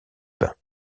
bain